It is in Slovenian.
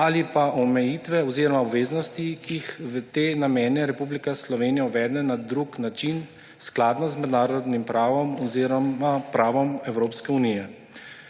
ali pa omejitve oziroma obveznosti, ki jih v te namene Republika Slovenija uvede na drug način, skladno z mednarodnim pravom oziroma pravom Evropske unije.